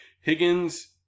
Higgins